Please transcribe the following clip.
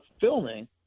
filming